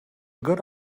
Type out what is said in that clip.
good